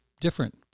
different